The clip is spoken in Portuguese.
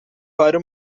para